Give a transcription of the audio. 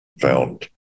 found